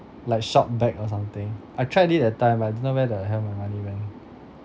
like shopback or something I've tried it a time but I don't know where the hell my monet went